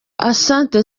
asante